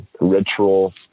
ritual